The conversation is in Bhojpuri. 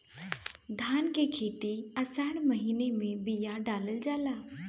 धान की खेती आसार के महीना में बिया डालल जाला?